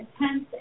intense